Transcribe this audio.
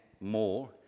more